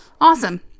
Awesome